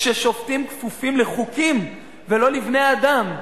כששופטים כפופים לחוקים ולא לבני-אדם.